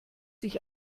sich